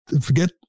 Forget